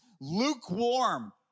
lukewarm